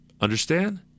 Understand